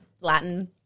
Latin